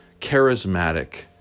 charismatic